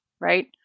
right